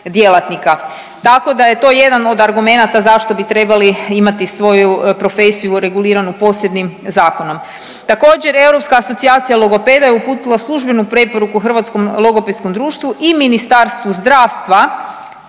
tako da je to jedan od argumenata zašto bi trebali imati svoju profesiju reguliranu posebnim zakonom. Također Europska asocijacija logopeda je uputila službenu preporuku Hrvatskom logopedskom društvu i Ministarstvu zdravstva